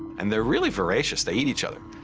and they are really voracious. they eat each other.